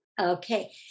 Okay